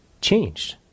changed